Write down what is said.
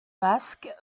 masques